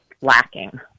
lacking